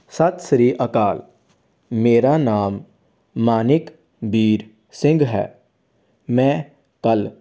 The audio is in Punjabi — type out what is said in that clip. ਸਤਿ ਸ਼੍ਰੀ ਅਕਾਲ ਮੇਰਾ ਨਾਮ ਮਾਨਿਕਵੀਰ ਸਿੰਘ ਹੈ ਮੈਂ ਕੱਲ੍ਹ